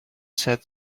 said